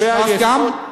ש"ס גם?